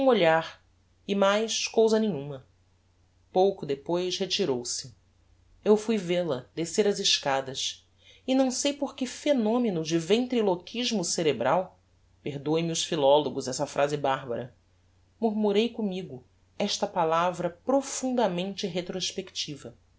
olhar e mais cousa nenhuma pouco depois retirou-se eu fui vel-a descer as escadas e não sei por que phenomeno de ventriloquismo cerebral perdoem-me os philologos essa phrase barbara murmurei commigo esta palavra profundamente retrospectiva